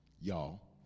y'all